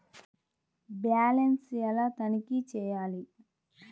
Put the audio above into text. Balance ఎలా తనిఖీ చేయాలి?